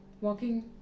Walking